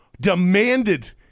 demanded